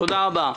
תודה רבה.